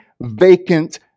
vacant